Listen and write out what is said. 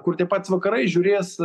kur tie patys vakarai žiūrės